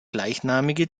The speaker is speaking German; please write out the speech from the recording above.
gleichnamige